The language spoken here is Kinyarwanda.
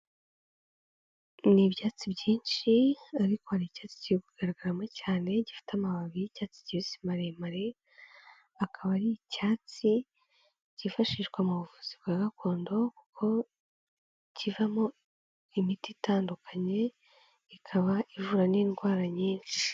Ni ibyatsi byinshi ariko hari icyatsi kiri kugaragaramo cyane gifite amababi y'icyatsi kibisi maremare, akaba ari icyatsi cyifashishwa mu buvuzi bwa gakondo kuko kivamo imiti itandukanye ikaba ivura n'indwara nyinshi.